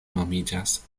nomiĝas